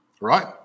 right